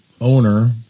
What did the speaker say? owner